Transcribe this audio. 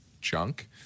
junk